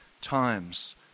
times